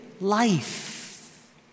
life